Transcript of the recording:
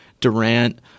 Durant